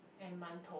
and mantou